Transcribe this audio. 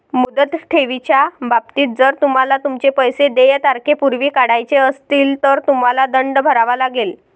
मुदत ठेवीच्या बाबतीत, जर तुम्हाला तुमचे पैसे देय तारखेपूर्वी काढायचे असतील, तर तुम्हाला दंड भरावा लागेल